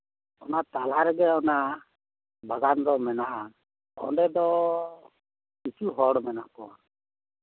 ᱚᱱᱟ ᱛᱟᱞᱟᱨᱮᱜᱮ ᱚᱱᱟ ᱵᱟᱞᱟᱱ ᱫᱚ ᱢᱮᱱᱟᱜᱼᱟ ᱚᱱᱰᱮ ᱫᱚ ᱠᱤᱪᱷᱩ ᱦᱚᱲ ᱢᱮᱱᱟᱜ ᱠᱚᱣᱟ